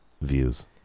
views